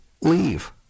leave